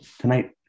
Tonight